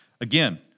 Again